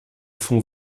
fond